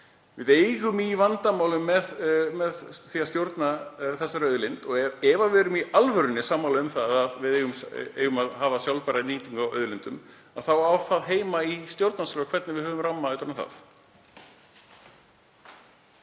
Við eigum í vandræðum með að stjórna þessari auðlind eins og er og ef við erum í alvörunni sammála um að við eigum að hafa sjálfbæra nýtingu á auðlindum þá á það heima í stjórnarskrá hvernig við höfum rammann utan